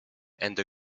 and